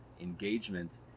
engagement